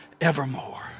evermore